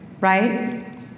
right